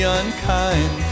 unkind